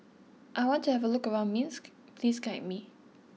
I want to have a look around Minsk please guide me